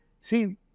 see